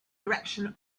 direction